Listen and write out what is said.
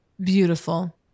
Beautiful